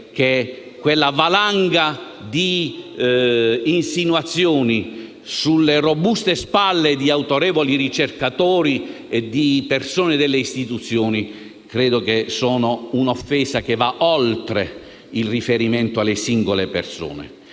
che quella valanga di insinuazioni, sulle robuste spalle di autorevoli ricercatori e persone delle istituzioni, sono un'offesa che va oltre il riferimento alle singole persone.